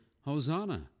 Hosanna